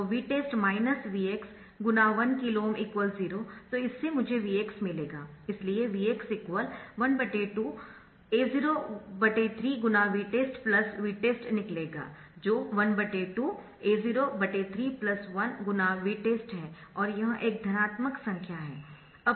तो Vtest Vx1KΩ 0 तो इससे मुझे Vx मिलेगा इसलिए Vx 12 A03 × Vtest Vtest निकलेगा जो 12 A03 1 × Vtest है और यह एक धनात्मक संख्या है